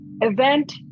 event